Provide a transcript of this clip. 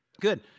Good